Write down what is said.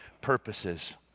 purposes